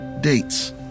dates